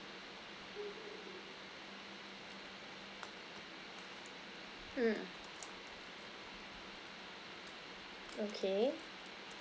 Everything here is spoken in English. mm okay